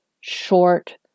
short